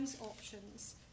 options